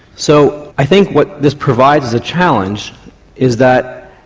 so i think what this provides as a challenge is that,